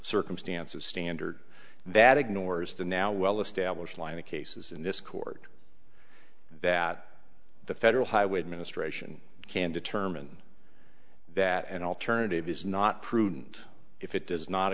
circumstances standard that ignores the now well established line of cases in this court that the federal highway administration can determine that an alternative is not prudent if it does not